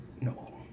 no